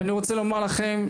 אני רוצה לומר לכם,